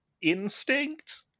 instinct